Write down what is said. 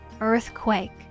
earthquake